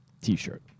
T-shirt